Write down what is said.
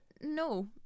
no